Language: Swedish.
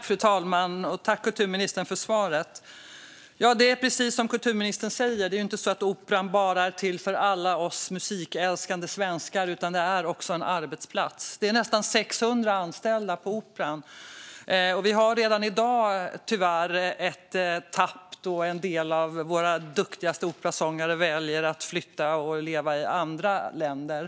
Fru talman! Det är precis som kulturministern säger: Det är inte så att Operan bara är till för alla oss musikälskande svenskar; den är också en arbetsplats. Det är nästan 600 anställda på Operan. Vi har redan i dag tyvärr ett tapp då en del av våra duktigaste operasångare väljer att flytta och leva i andra länder.